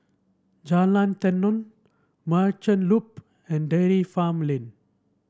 Jalan Tenon Merchant Loop and Dairy Farm Lane